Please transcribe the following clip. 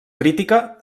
crítica